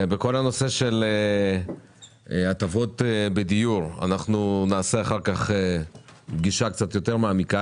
בכל הנושא של הטבות בדיור נעשה אחר כך פגישה יותר מעמיקה,